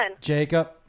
Jacob